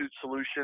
solution